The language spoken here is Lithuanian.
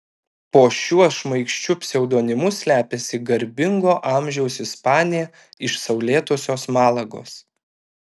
po šiuo šmaikščiu pseudonimu slepiasi garbingo amžiaus ispanė iš saulėtosios malagos